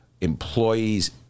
employees